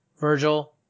virgil